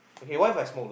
okay what If I smoke